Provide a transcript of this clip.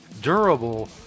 durable